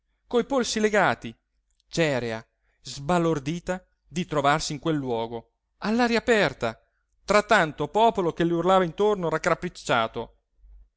coi polsi legati cerea sbalordita di trovarsi in quel luogo all'aria aperta tra tanto popolo che le urlava intorno raccapricciato